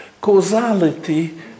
Causality